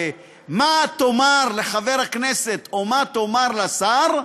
מה תאמר לחבר הכנסת או מה תאמר לשר,